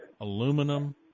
aluminum